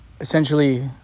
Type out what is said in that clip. essentially